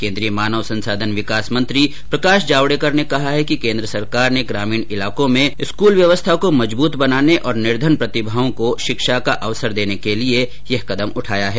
केन्द्रीय मानव संसाधन विकास मंत्री प्रकाश जावडेकर ने कहा कि केन्द्र सरकार ने ग्रामीण इलाकों में स्कूल व्यवस्था को मजबूत बनाने और निर्धन प्रतिभाओं को शिक्षा का अवसर देने के लिये यह कदम उठाया है